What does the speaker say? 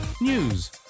news